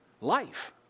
life